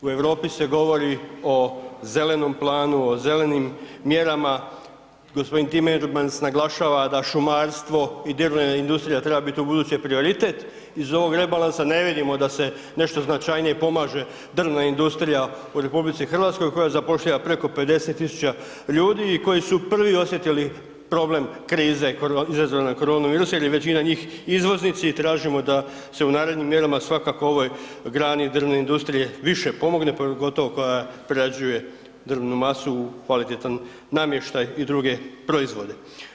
U Europi se govori o zelenom planu, o zelenim mjerama, g. Timmermans naglašava da šumarstvo i dijagonalna industrija trebaju biti ubuduće prioritet, iz ovoga rebalansa ne vidimo da se nešto značajnije pomaže drvna industrija u RH koja zapošljava preko 50 000 ljudi i koji su prvi osjetili krize izazvana korona virusom jer je većina njih izvoznici i tražimo da se u narednim mjerama svakako ovoj grani drvne industrije više pogotovo koja prerađuje drvnu masu u kvalitetan namještaj i druge proizvode.